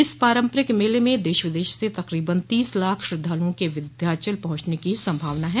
इस पारंपरिक मेले में देश विदेश से तकरीबन तीस लाख श्रद्धालुओं के विन्ध्याचल पहुंचने की संभावना है